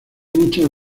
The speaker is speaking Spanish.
muchas